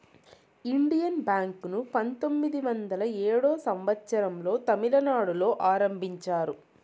Indian Bank ను పంతొమ్మిది వందల ఏడో సంవచ్చరం లో తమిళనాడులో ఆరంభించారు